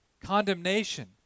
condemnation